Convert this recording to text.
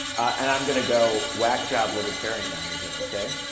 and i'm going to go whack job libertarian on you here, ok?